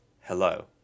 hello